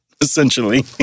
essentially